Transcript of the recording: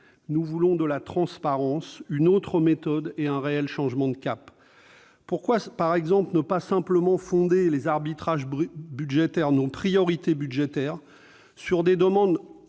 Nous voulons de la transparence, une autre méthode et un réel changement de cap. Pourquoi, par exemple, ne pas simplement fonder les priorités budgétaires sur des demandes